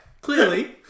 clearly